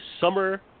summer